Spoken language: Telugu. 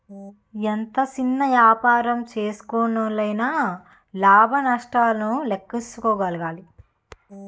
ఎంత సిన్న యాపారం సేసినోల్లయినా లాభ నష్టాలను లేక్కేసుకోగలగాలి